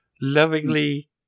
lovingly